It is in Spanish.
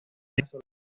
caso